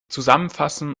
zusammenfassen